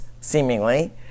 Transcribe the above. seemingly